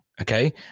Okay